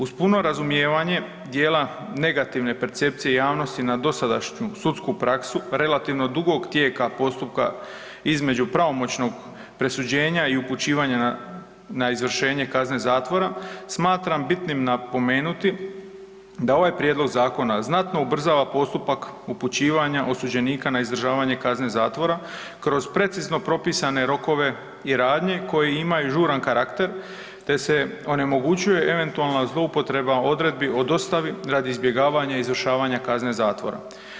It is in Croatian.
Uz puno razumijevanje dijela negativne percepcije javnosti na dosadašnju sudsku praksu, relativno dugog tijela postupka između pravomoćnost presuđenja i upućivanja na izvršenje kazne zatvora, smatram bitnim napomenuti da ovaj prijedlog zakona znatno ubrzava postupak upućivanja osuđenika na izdržavanje kazne zatvora kroz precizno propisane rokove i radnje koje imaju žuran karakter te se onemogućuje eventualna zloupotreba odredbi o dostavi radi izbjegavanja i izvršavanja kazne zatvora.